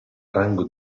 rango